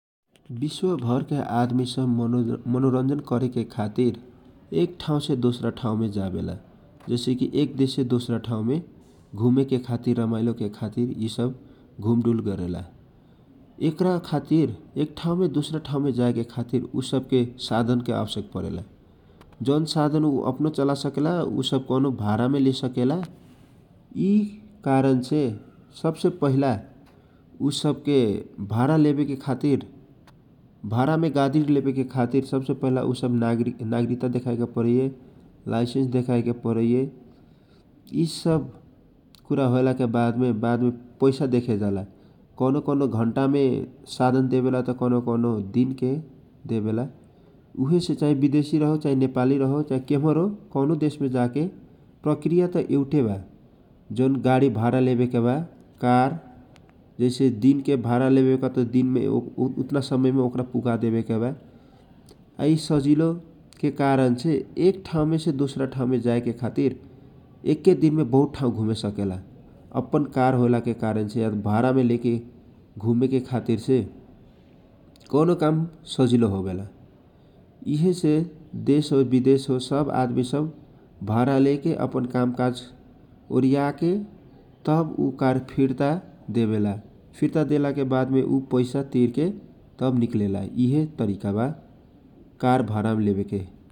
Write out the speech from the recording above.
विश्वभर के आदमी सब मनोज्जन करेके खातिर एक ठाउँ से दोस्रा ठाउँ मे जावेला जैसे कि एक देश से दोस्रा ठाउँमे घुमेके खातिर रमाइलो के खातिर यि सब घुम डुल्ल ऐकरा खातिर एक ठाउँमे दोस्रा ठाउँमे जाएके खातिर उसके साधन के आवश्यक परेला जौन साधन ऊ अपनो चल्ला सकेला उसब भारामे लेसक्ला यि कारण से सबसे पहिला ऊ सब के भारा लेवेके खातिर भारामे गारी लेवेके खातिर नागरिकता देखाएके परैए, लाइसेन्स देखा एके परैए । यिसब पुरा होएला के वाद वादमे पैसा देखेजाला । कौनो कौनो घण्टा मे साधन देवेला - कौनो कौनो दिनके देवेला उहेसे विदेशी रहो चाहे नेपाली रहो चाहे के भरो कै नो देश जाके प्रकृपा त एउटै वा जौन गारी भारा लेवेके वा कार जैसे दिनके भारा लेवेके वा त उतना समय मे ओकरा पुगादिवे के वा । आ यि सब सजिलो के कारण से एक ठाउँ ने से दोस्रा ठाउँ जाएके खातिर एके दिनमे बहुत ठाउँ घुमे सकेला । अपन कार होएलाके कारणले या त भाडामे हुने के खातिर से कौनो काम सजिलो होवेला । यि हे से देश हो विदेश हो सब आदमी सब भारा लेके अपन काम काज ओरियाकि अब ऊ कार फिर्ता देवेला फिर्ता देला के वादमे ऊ पैसा तिरके तब निकलाई । यि हे तरीका वा कार भाडा मे लेवेके ।